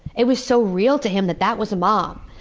it was so real to him that that was mom.